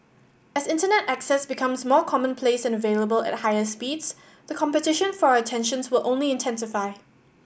as Internet access becomes more commonplace and available at higher speeds the competition for our attentions will only intensify